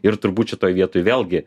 ir turbūt šitoj vietoj vėlgi